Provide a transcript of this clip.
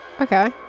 okay